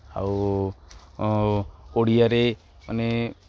ଆଉ ଓଡ଼ିଆରେ ମାନେ